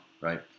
right